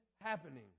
happening